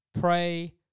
pray